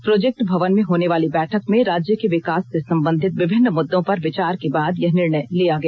project Bhavan में होने वाली बैठक में राज्य के विकास से संबंधित विभिन्न मुददों पर विचार के बाद यह निर्णय लिया गया